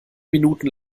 minuten